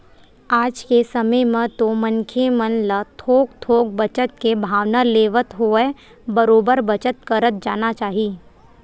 आज के समे म तो मनखे मन ल थोक थोक बचत के भावना लेवत होवय बरोबर बचत करत जाना चाही